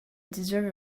deserve